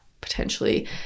potentially